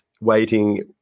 waiting